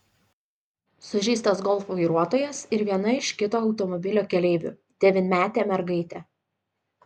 sužeistas golf vairuotojas ir viena iš kito automobilio keleivių devynmetė mergaitė